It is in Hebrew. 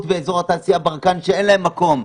באזור התעשייה ברקן שאין להם מקום.